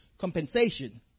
compensation